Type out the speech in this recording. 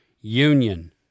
Union